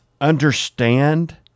understand